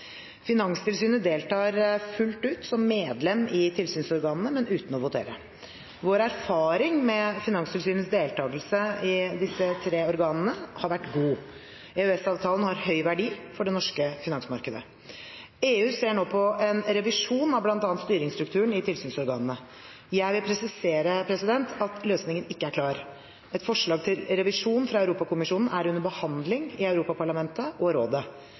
Finanstilsynet deltar fullt ut som medlem i tilsynsorganene, men uten å votere. Vår erfaring med Finanstilsynets deltakelse i de tre organene har vært god. EØS-avtalen har høy verdi for det norske finansmarkedet. EU ser nå på en revisjon av bl.a. styringsstrukturen i tilsynsorganene. Jeg vil presisere at løsningen ikke er klar. Et forslag til revisjon fra Europakommisjonen er under behandling i Europaparlamentet og Rådet.